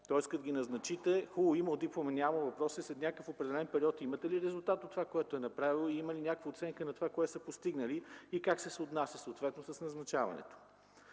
Тоест като ги назначите (хубаво – имал диплома, нямал), въпросът е: след някакъв определен период имате ли резултат от това, което са направили? Има ли някаква оценка на това, което са постигнали, и как се съотнася съответно с назначаването?